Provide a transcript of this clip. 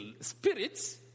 spirits